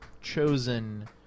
chosen